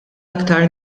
iktar